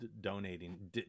donating